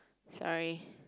sorry